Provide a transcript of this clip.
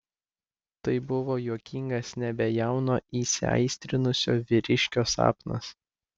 tai buvo juokingas nebejauno įsiaistrinusio vyriškio sapnas